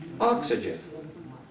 oxygen